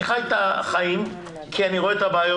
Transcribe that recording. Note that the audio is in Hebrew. אני חי את החיים כי אני רואה את הבעיות